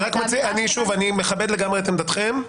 שוב, אני מכבד לגמרי את עמדתכם.